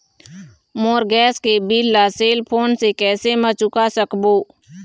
मोर gas के bill ला cell phone से कैसे म चुका सकबो?